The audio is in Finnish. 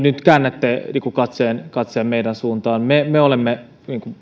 käännätte katseenne meidän suuntaamme me me olemme